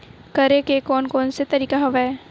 करे के कोन कोन से तरीका हवय?